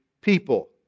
people